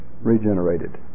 regenerated